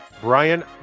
Brian